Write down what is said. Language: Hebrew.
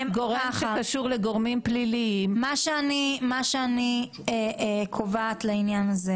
גורם שקשור לגורמים פליליים --- מה שאני קובעת לעניין הזה